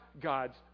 God's